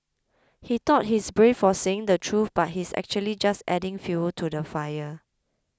he thought he's brave for saying the truth but he's actually just adding fuel to the fire